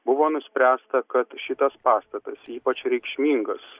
buvo nuspręsta kad šitas pastatas ypač reikšmingas